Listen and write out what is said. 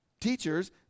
teachers